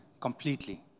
completely